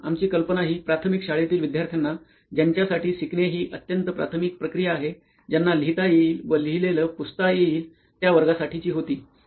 तर आमची कल्पना हि प्राथमिक शाळेतील विद्यार्थ्याना ज्यांच्यासाठी शिकणे हि अत्यन्त प्राथमिक प्रक्रिया आहे ज्यांना लिहिता येईल व लिहलेलं पुसता येईल त्या वर्गासाठीची होती